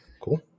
Cool